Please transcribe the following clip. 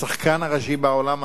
השחקן הראשי בעולם הזה,